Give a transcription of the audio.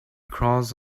crawls